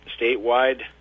statewide